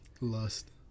lust